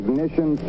Ignition